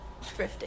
Thrifting